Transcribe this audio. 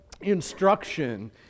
instruction